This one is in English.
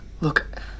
Look